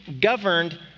governed